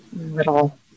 Little